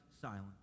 silent